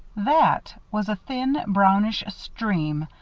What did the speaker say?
that was a thin, brownish stream,